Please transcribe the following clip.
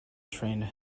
trained